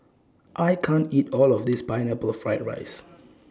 I can't eat All of This Pineapple Fried Rice